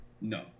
No